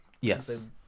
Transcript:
Yes